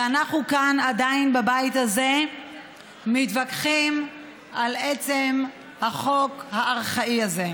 ואנחנו כאן עדיין בבית הזה מתווכחים על עצם החוק הארכאי הזה.